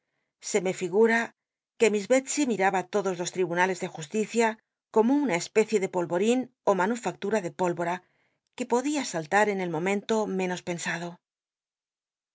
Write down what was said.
se me ligma que miss betsey miraba todos los ljibunales de justicia como una especie de polrorin ó manufactua de póll'ora que podía saltm en el momento menos pensado